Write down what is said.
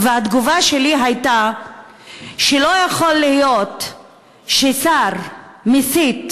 והתגובה שלי הייתה שלא יכול להיות ששר שמסית